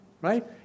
right